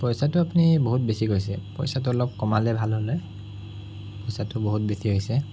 পইচাটো আপুনি বহুত বেছি কৈছে পইচাটো অলপ কমালে ভাল হ'ল হয় পইচাটো বহুত বেছি হৈছে